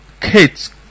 Kate